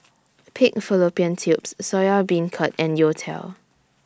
Pig Fallopian Tubes Soya Beancurd and Youtiao